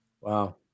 Wow